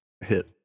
hit